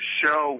show